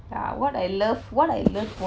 ya what I love what I love